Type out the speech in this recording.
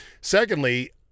Secondly